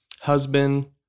husband